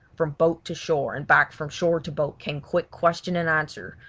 from boat to shore and back from shore to boat came quick question and answer,